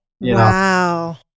Wow